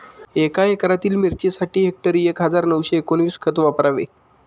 एका एकरातील मिरचीसाठी हेक्टरी एक हजार नऊशे एकोणवीस खत वापरावे